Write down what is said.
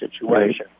situation